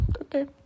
okay